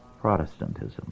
Protestantism